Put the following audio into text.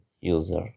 user